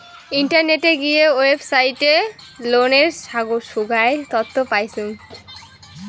ইন্টারনেটে গিয়ে ওয়েবসাইটে লোনের সোগায় তথ্য পাইচুঙ